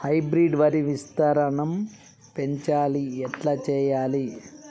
Hybrid వరి విస్తీర్ణం పెంచాలి ఎట్ల చెయ్యాలి?